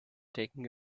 taking